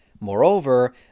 Moreover